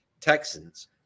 Texans